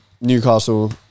Newcastle